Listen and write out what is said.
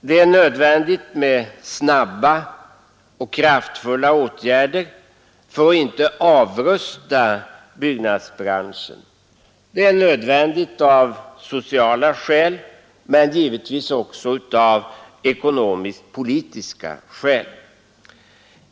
Det är nödvändigt med snabba och kraftfulla åtgärder för att inte byggnadsbranschen skall bli avrustad. Det är nödvändigt av sociala skäl men givetvis också av ekonomisk-politiska skäl.